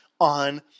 on